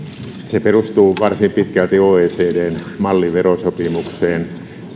se perustuu varsin pitkälti oecdn malliverosopimukseen